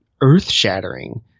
earth-shattering